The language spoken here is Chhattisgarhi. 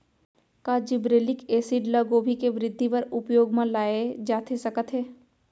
का जिब्रेल्लिक एसिड ल गोभी के वृद्धि बर उपयोग म लाये जाथे सकत हे?